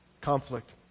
conflict